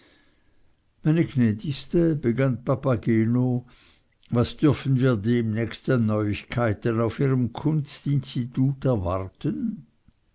begann papageno was dürfen wir demnächst an neuigkeiten auf ihrem kunstinstitut erwarten